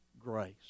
grace